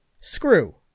Screw